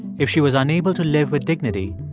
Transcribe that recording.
if she was unable to live with dignity,